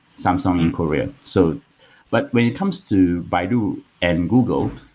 samsung in korea. so but when it comes to baidu and google,